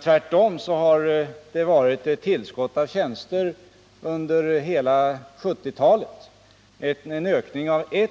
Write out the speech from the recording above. Tvärtom har det blivit ett tillskott av tjänster under hela 1970-talet: en ökning med 1